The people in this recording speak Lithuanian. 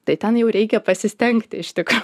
tai ten jau reikia pasistengti iš tikro